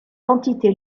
entité